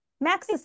Max